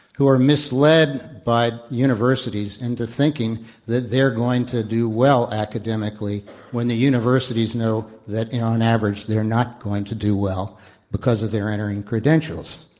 who are misled by universities into thinking that they're going to do well academically when the universities know that on average, they're not going to do well because of their entering credentials.